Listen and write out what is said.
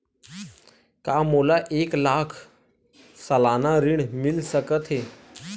का मोला एक लाख सालाना ऋण मिल सकथे?